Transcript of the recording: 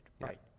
right